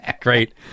Great